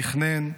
תכנן.